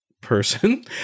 person